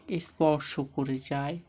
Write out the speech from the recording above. এ স্পর্শ করে যায়